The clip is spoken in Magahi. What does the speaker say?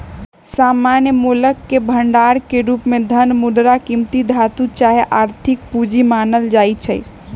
सामान्य मोलके भंडार के रूप में धन, मुद्रा, कीमती धातु चाहे आर्थिक पूजी मानल जाइ छै